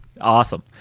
awesome